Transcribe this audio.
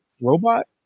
robot